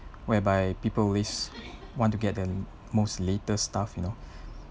whereby people always want to get the most latest stuff you know